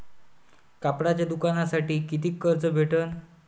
कापडाच्या दुकानासाठी कितीक कर्ज भेटन?